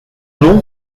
nom